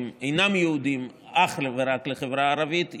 שהם אינם ייעודיים אך ורק לחברה הערבית,